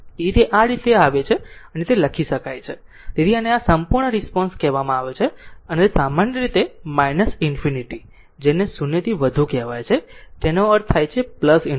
તેથી આ તે રીતે આ રીતે છે તે લખી શકાય છે તેથી આને આ સંપૂર્ણ રિસ્પોન્સ કહેવામાં આવે છે તે સામાન્ય રીતે ∞ જેને 0 થી વધુ કહે છે તેનો અર્થ થાય છે ∞